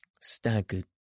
staggered